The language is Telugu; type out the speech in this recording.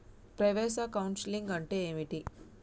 ప్రవేశ కౌన్సెలింగ్ అంటే ఏమిటి?